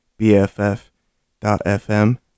bff.fm